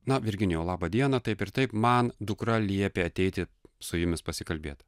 na virginijau laba diena taip ir taip man dukra liepė ateiti su jumis pasikalbėt